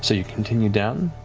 so you continue down,